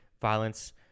violence